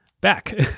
back